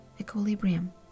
equilibrium